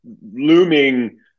looming